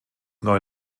neue